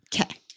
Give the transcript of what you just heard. Okay